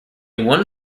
one